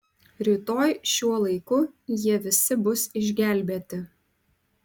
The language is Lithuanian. rytoj šiuo laiku jie visi bus išgelbėti